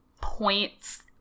points